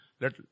let